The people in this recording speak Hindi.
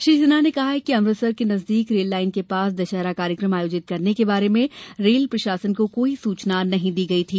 श्री सिन्हा ने कहा कि अमृतसर के नजदीक रेललाइन के पास दशहरा कार्यक्रम आयोजित करने के बारे में रेल प्रशासन को कोई सूचना नहीं दी गई थी